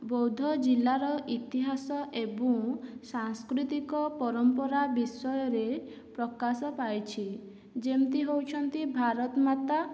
ବୌଦ୍ଧ ଜିଲ୍ଲାର ଇତିହାସ ଏବଂ ସାଂସ୍କୃତିକ ପରମ୍ପରା ବିଷୟରେ ପ୍ରକାଶ ପାଇଛି ଯେମିତି ହେଉଛନ୍ତି ଭାରତମାତା